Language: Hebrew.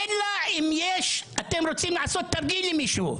אלא אם אתם רוצים לעשות תרגיל עם מישהו.